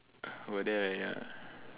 about there lah ya lah